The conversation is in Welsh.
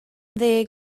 ddeg